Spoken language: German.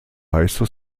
high